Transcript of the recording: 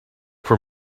for